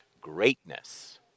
greatness